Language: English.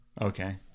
Okay